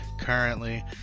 currently